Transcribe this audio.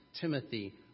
Timothy